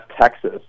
texas